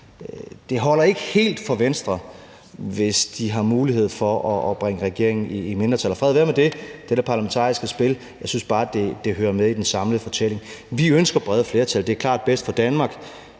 bredt, holder ikke helt for Venstre, hvis de har mulighed for at bringe regeringen i mindretal. Og fred være med det. Det er det parlamentariske spil. Jeg synes bare, det hører med i den samlede fortælling. Vi ønsker brede flertal. Det er klart bedst for Danmark.